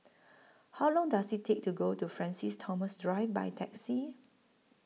How Long Does IT Take to get to Francis Thomas Drive By Taxi